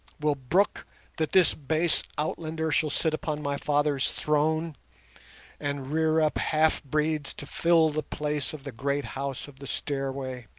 will brook that this base outlander shall sit upon my father's throne and rear up half-breeds to fill the place of the great house of the stairway?